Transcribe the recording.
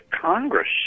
Congress